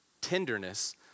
Tenderness